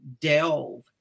delve